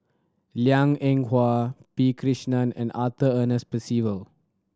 Liang Eng Hwa P Krishnan and Arthur Ernest Percival